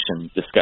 discussion